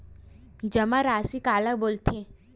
जमा राशि काला बोलथे?